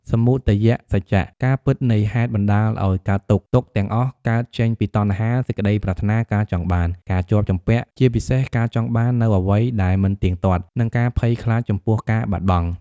សមុទយសច្ចៈ ការពិតនៃហេតុបណ្តាលឲ្យកើតទុក្ខ ទុក្ខទាំងអស់កើតចេញពីតណ្ហា សេចក្តីប្រាថ្នា ការចង់បាន ការជាប់ជំពាក់ ជាពិសេសការចង់បាននូវអ្វីដែលមិនទៀងទាត់ និងការភ័យខ្លាចចំពោះការបាត់បង់។